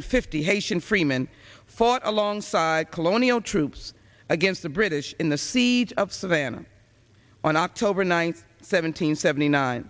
fifty haitian freeman fought alongside colonial troops against the british in the siege of savannah on october ninth seventeen seventy nine